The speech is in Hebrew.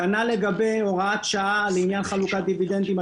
כנ"ל לגבי הוראת שעה לעניין חלוקת דיבידנדים.